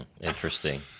Interesting